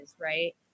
right